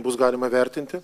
bus galima vertinti